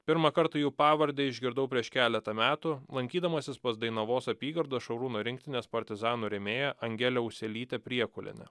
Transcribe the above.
pirmą kartą jų pavardę išgirdau prieš keletą metų lankydamasis pas dainavos apygardos šarūno rinktinės partizanų rėmėją angelę uselytę priekulienę